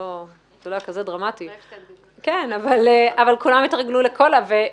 ואז כולם התרגלו לקוקה קולה.